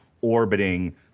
orbiting